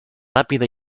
rápida